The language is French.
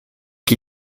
qui